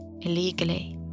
illegally